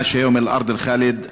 (אומר בערבית: